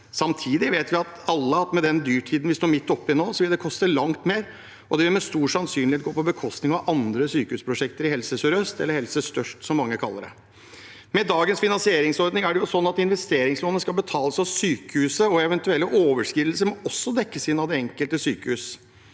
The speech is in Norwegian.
Samtidig vet vi alle, med den dyrtiden vi står midt oppe i, at det vil det koste langt mer, og det vil med stor sannsynlighet gå på bekostning av andre sykehusprosjekter i Helse Sør-Øst, eller Helse Størst, som mange kaller det. Med dagens finansieringsordning er det sånn at investeringslånet skal betales av sykehuset, og eventuelle overskridelser må også dekkes inn av det enkelte sykehus.